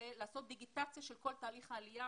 ולעשות דיגיטציה של כל תהליך העלייה,